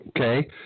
Okay